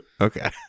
Okay